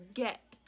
get